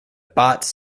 bots